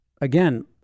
again